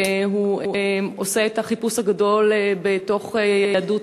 הוא עושה את החיפוש הגדול בתוך יהדות